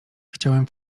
chciałem